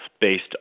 based